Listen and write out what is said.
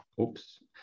oops